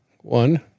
One